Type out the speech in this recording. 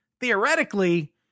theoretically